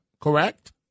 correct